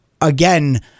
again